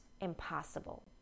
impossible